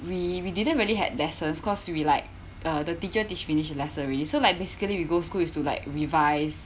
we we didn't really had lessons because we like uh the teacher teach finished the lesson already so like basically we go school is to like revise